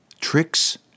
Tricks